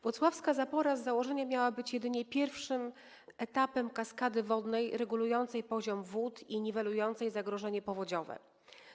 Włocławska zapora z założenia miała być jedynie pierwszym etapem kaskady wodnej regulującej poziom wód i niwelującej zagrożenie powodziowe.